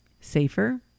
safer